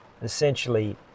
Essentially